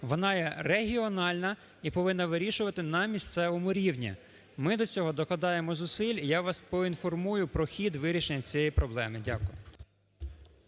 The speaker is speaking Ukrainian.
Вона є регіональна і повинна вирішувати на місцевому рівні. Ми до цього докладаємо зусиль і я вас поінформую про хід вирішення цієї проблеми. Дякую.